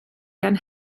gan